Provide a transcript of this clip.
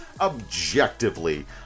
objectively